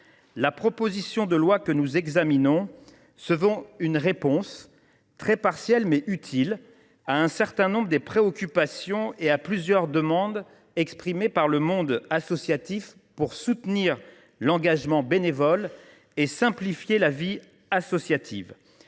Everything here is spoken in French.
La proposition de loi que nous examinons se veut une réponse, très partielle, mais utile, à un certain nombre des préoccupations et à plusieurs demandes exprimées par le monde associatif pour soutenir l’engagement bénévole et simplifier la vie associative.